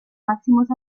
máximos